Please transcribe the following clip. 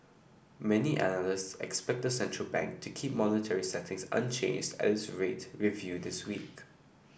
many analysts expect the central bank to keep monetary settings unchanges at its rate reviewed this week